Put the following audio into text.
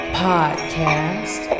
podcast